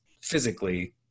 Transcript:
physically